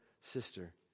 sister